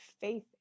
faith